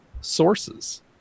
sources